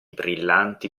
brillanti